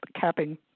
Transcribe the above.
capping